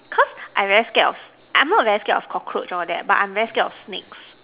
caused I very scared of I am not very scared of cockroach all that I am very scared of snakes